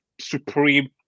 supreme